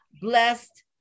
blessed